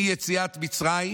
מיציאת מצרים